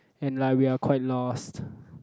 and like we are quite lost